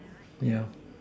yeah